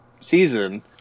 season